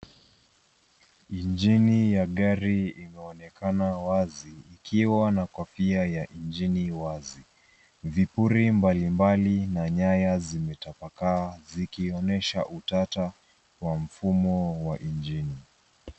Injini ya gari imeonekana wazi ikiwa na kofia ya injini wazi. Vipuri mbalimbali na nyaya zimetapaka zikionyesha utata wa mfumo wa injini.